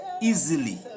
easily